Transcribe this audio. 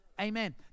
Amen